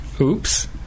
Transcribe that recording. Oops